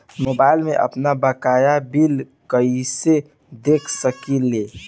Mobile में आपनबकाया bill कहाँसे देख सकिले?